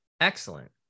Excellent